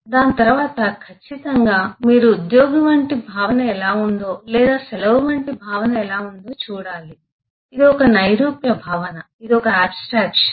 దాని తరువాత ఖచ్చితంగా మీరు ఉద్యోగి వంటి భావన ఎలా ఉందో లేదా సెలవు వంటి భావన ఎలా ఉందో చూడాలి ఇది ఒక నైరూప్య భావన ఇది ఒక ఆబ్స్ ట్రాక్షన్